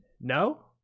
No